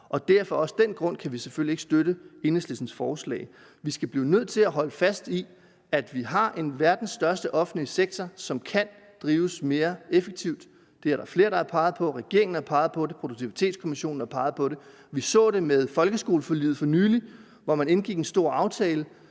af den grund heller ikke støtte Enhedslistens forslag. Vi er nødt til at holde fast i, at vi har en offentlig sektor – verdens største – som kan drives mere effektivt. Det er der flere, der har peget på: Regeringen har peget på det, Produktivitetskommissionen har peget på det. Vi så det med folkeskoleforliget for nylig, hvor man indgik en stor aftale,